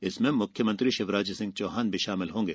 इसमें मुख्यमंत्री शिवराज सिंह चौहान भी शामिल होंगे